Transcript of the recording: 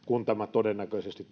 todennäköisesti